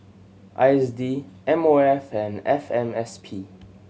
I S D M O F and F M S P